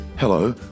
Hello